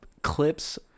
clips